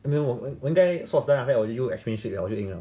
as in 我我应该 source then after as you shake liao 我就赢了